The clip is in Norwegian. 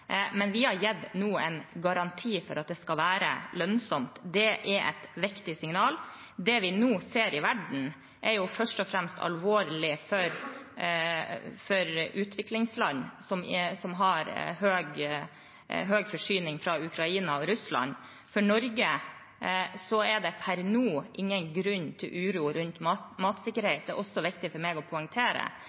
lønnsomt. Det er et viktig signal. Det vi nå ser i verden, er først og fremst alvorlig for utviklingsland, som har høy forsyning fra Ukraina og Russland. For Norge er det per nå ingen grunn til uro rundt matsikkerhet. Det er også viktig for meg å poengtere.